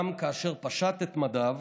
גם כאשר פשט את מדיו,